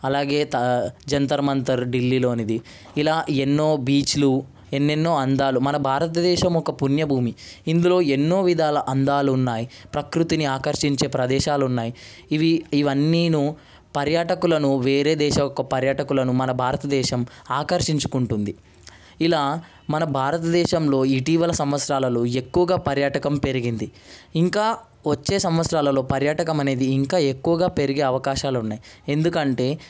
అలాగే తా జంతర్ మంతర్ ఢిల్లీలోనిది ఇలా ఎన్నో బీచ్లు ఎన్నెన్నో అందాలు మన భారతదేశము ఒక పుణ్యభూమి ఇందులో ఎన్నో విధాల అందాలు ఉన్నాయి ప్రకృతిని ఆకర్షించే ప్రదేశాలు ఉన్నాయి ఇవి ఇవన్నీ పర్యాటకులను వేరే దేశ ఒక పర్యటకులను మన భారతదేశం ఆకర్షించుకుంటుంది ఇలా మన భారతదేశంలో ఇటీవల సంవత్సరాలలో ఎక్కువగా పర్యాటకం పెరిగింది ఇంకా వచ్చే సంవత్సరాలలో పర్యటకం అనేది ఇంకా ఎక్కువగా పెరిగే అవకాశాలు ఉన్నాయి ఎందుకంటే